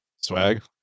swag